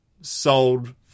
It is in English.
sold